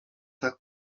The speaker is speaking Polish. tak